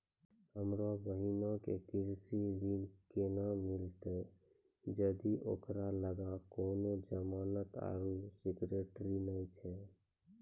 हमरो बहिनो के कृषि ऋण केना मिलतै जदि ओकरा लगां कोनो जमानत आरु सिक्योरिटी नै छै?